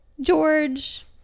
george